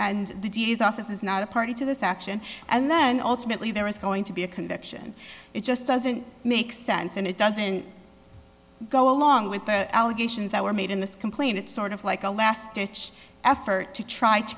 and the d a s office is not a party to this action and then ultimately there is going to be a conviction it just doesn't make sense and it doesn't go along with the allegations that were made in this complaint it's sort of like a last ditch effort to try to